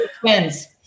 Twins